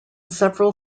several